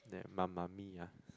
then Mamma Mia